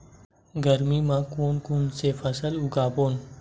गरमी मा कोन कौन से फसल उगाबोन?